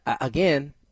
Again